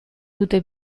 dute